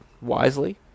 wisely